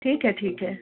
ठीक है ठीक है